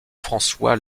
françois